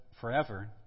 forever